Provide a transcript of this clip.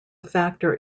factor